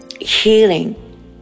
healing